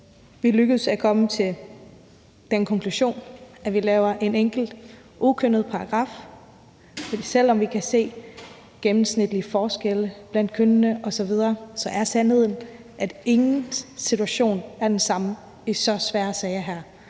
er lykkedes med at komme til den konklusion, at vi laver en enkelt, ukønnet paragraf, for selv om vi kan se gennemsnitlige forskelle mellem kønnene osv., er sandheden, at ingen situation er ens i så svære sager som